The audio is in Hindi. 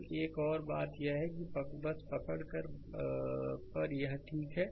तो एक और बात यह है कि बस पकड़ पर यह ठीक है